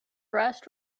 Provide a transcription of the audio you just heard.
rest